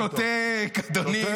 אתה לא שותק, אדוני.